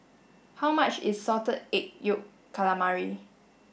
how much is salted egg yolk calamari